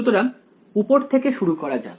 সুতরাং উপর থেকে শুরু করা যাক